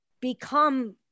become